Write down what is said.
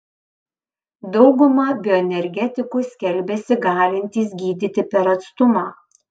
dauguma bioenergetikų skelbiasi galintys gydyti per atstumą